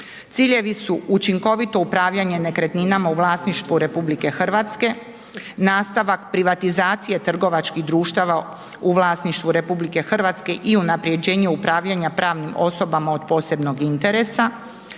Ciljevi su učinkovito upravljanje nekretninama u vlasništvu RH, nastavak privatizacije trgovačkih društava u vlasništvu RH i unaprjeđenju upravljanja pravnim osobama od posebnog interesa,